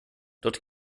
dort